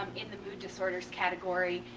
in the mood disorders category,